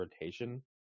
rotation